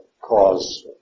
cause